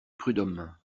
prud’homme